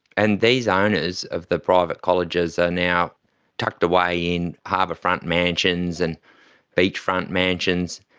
and these owners of the private colleges are now tucked away in harbour-front mansions and beach-front mansions,